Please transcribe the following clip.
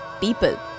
people